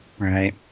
Right